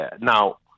Now